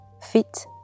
fit